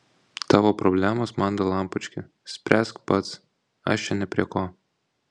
tavo problemos man dalampački spręsk pats aš čia ne prie ko